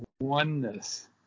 oneness